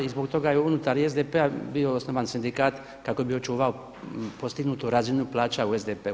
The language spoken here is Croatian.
I zbog toga je i unutar SDP-a bio osnovan sindikat kako bi očuvao postignutu razinu plaća u SDP-u.